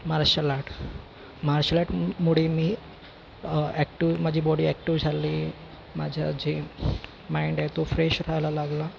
marshal art martial art मु मुळे मी अॅक्टुव माझी बॉडी अॅक्टुव झाली माझा जे माईंड आहे तो फ्रेश राहायला लागला